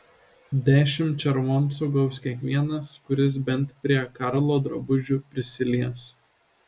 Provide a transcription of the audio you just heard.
dešimt červoncų gaus kiekvienas kuris bent prie karlo drabužių prisilies